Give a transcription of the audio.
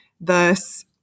Thus